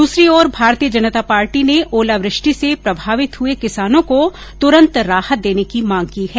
दूसरी ओर भारतीय जनता पार्टी ने ओलावृष्टि से प्रभावित हुए किसानों को तुरंत राहत देने की मांग की है